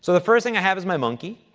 so the first thing i have is my monkey.